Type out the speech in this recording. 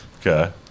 Okay